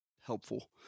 helpful